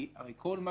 הרי כל מה